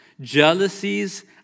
jealousies